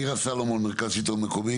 מירה סלומון, מרכז שלטון מקומי.